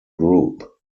group